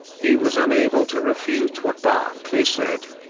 he was unable to refute what berkeley said.